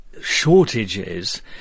shortages